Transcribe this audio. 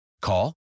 Call